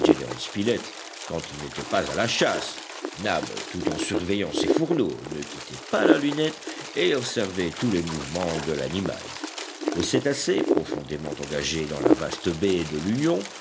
quand ils n'étaient pas à la chasse nab tout en surveillant ses fourneaux ne quittaient pas la lunette et observaient tous les mouvements de l'animal le cétacé profondément engagé dans la vaste baie de l'union